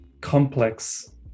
complex